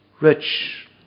rich